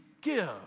give